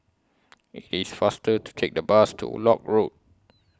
IT IS faster to Take The Bus to Lock Road